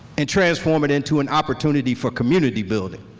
and transform it into an opportunity for community building?